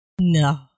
No